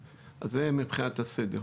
--- אז זה מבחינת הסדר.